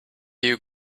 you